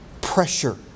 pressure